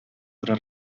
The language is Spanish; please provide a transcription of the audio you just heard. para